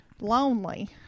lonely